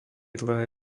dlhé